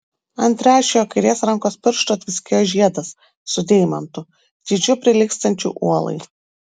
ant trečiojo kairės rankos piršto tviskėjo žiedas su deimantu dydžiu prilygstančiu uolai